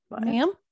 ma'am